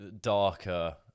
darker